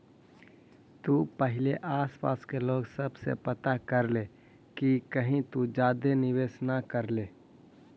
तु पहिले आसपास के लोग सब से पता कर ले कि कहीं तु ज्यादे निवेश न कर ले